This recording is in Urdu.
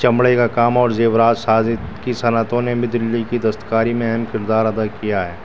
چمڑے کا کام اور زیورات سازی کی صنعتوں نے بھی دلی کی دستکاری میں اہم کردار ادا کیا ہے